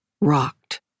rocked